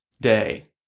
day